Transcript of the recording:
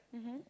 mmhmm